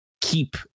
keep